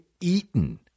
eaten